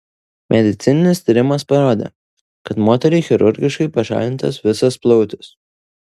medicininis tyrimas parodė kad moteriai chirurgiškai pašalintas visas plautis